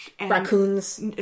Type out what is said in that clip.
Raccoons